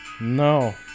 No